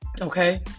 okay